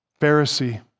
Pharisee